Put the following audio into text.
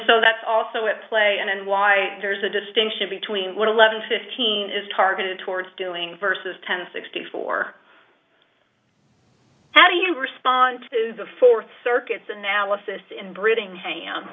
so that's also at play and why there's a distinction between what eleven fifteen is targeted towards doing versus ten sixty four how do you respond to the fourth circuit's analysis in brittingham